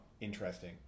Interesting